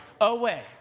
away